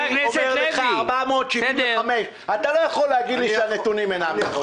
אני אומר לך 475. אתה לא יכול להגיד לי שהנתונים אינם נכונים.